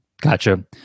Gotcha